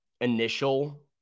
initial